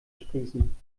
sprießen